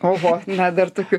oho na dar tokių